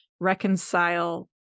reconcile